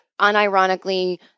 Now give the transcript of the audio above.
unironically